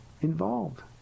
involved